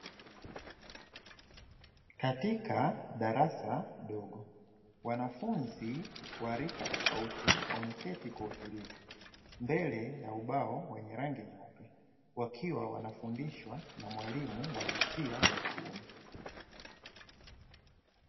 Katika darasa dogo wanafunzi wa rika tofauti wameketi kwa utulivu mbele ya ubao wenye rangi nyeupe wakiwa wanafundishwa na mwalimu wa jinsi ya kiume.